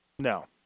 No